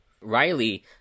Riley